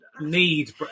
need